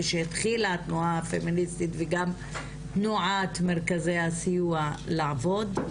כשהתחילה התנועה הפמיניסטית וגם תנועת מרכזי הסיוע לעבוד,